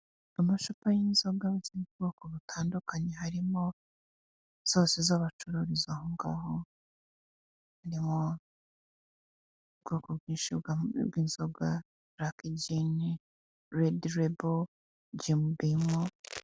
Amacupa y'inzoga zo mu bwoko butandukanye harimo zose z'abacururiza ahongaho, niho mu bwoko bwinshi bw'inzoga : raki gini, redi rebo, gimo bimo.